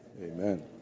Amen